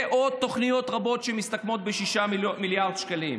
ועוד תוכניות רבות, שמסתכמות ב-6 מיליארד שקלים.